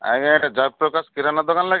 ଆଜ୍ଞା ଏଟା ଜୟ ପ୍ରକାଶ କିରାନା ଦୋକାନ ଲାଗିଛି